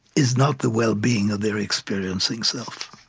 is not the well-being of their experiencing self.